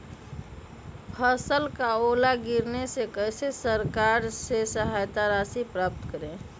फसल का ओला गिरने से कैसे सरकार से सहायता राशि प्राप्त करें?